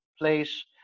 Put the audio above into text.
place